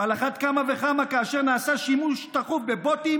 ועל אחת כמה וכמה כאשר נעשה שימוש תכוף בבוטים